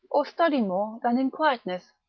or study more than in quietness?